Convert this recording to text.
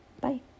Bye